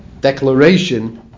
declaration